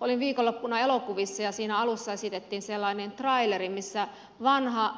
olin viikonloppuna elokuvissa ja siinä alussa esitettiin sellainen traileri missä vanha